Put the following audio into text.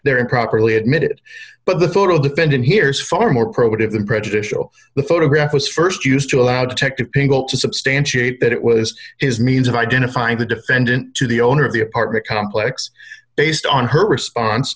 their improperly admitted but the photo defendant here is far more productive than prejudicial the photograph was st used to allow detective pinkel to substantiate that it was his means of identifying the defendant to the owner of the apartment complex based on her response